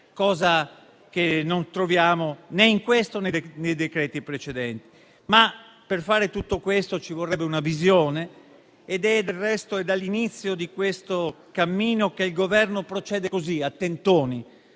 cosa che non troviamo né in questo né nei decreti-legge precedenti. Per fare tutto questo ci vorrebbe una visione. Del resto, è dall'inizio di questo cammino che il Governo procede così a tentoni,